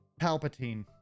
Palpatine